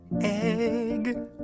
egg